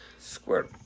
Squirtle